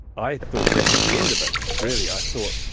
i thought that was the end of it really. i thought,